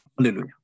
Hallelujah